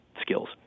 skills